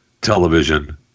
Television